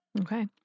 Okay